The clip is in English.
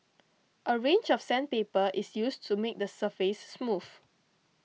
a range of sandpaper is used to make the surface smooth